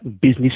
business